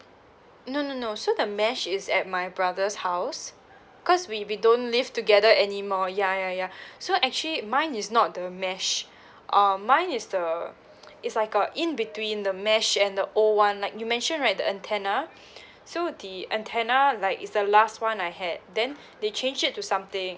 no no no so the mesh is at my brother's house cause we we don't live together anymore ya ya ya so actually mine is not the mesh um mine is the it's like a in between the mesh and the old [one] like you mentioned right the antenna so the antenna like is the last one I had then they change it to something